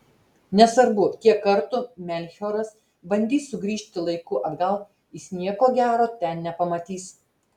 nesvarbu kiek kartų melchioras bandys sugrįžti laiku atgal jis nieko gero ten nepamatys